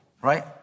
right